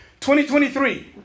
2023